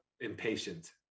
impatient